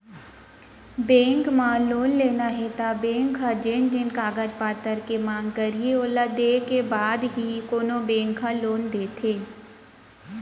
bank म loan लेना हे त बेंक ह जेन जेन कागज पतर के मांग करही ओला देय के बाद ही कोनो बेंक ह लोन देथे